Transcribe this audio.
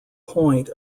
point